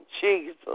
Jesus